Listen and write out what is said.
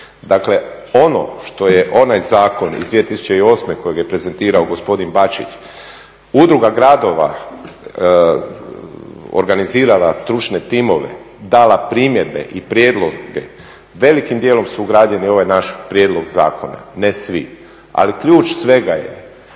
Dakle ono što je onaj zakon iz 2008.koji je prezentirao gospodin Bačić, Udruga gradova organizirala stručne timove, dala primjedbe i prijedloge velikim dijelom sun ugrađeni u ovaj naš prijedlog zakona, ne svi. Ali ključ svega je